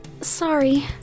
Sorry